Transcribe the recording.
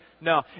No